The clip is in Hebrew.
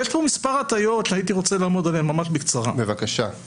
יש פה מספר הטעיות שהייתי רוצה לעמוד עליהן ממש בקצרה: ראשית,